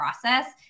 process